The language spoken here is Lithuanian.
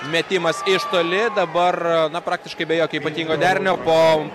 metimas iš toli dabar praktiškai be jokio ypatingo derinio po